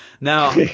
Now